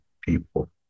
people